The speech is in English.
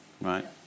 right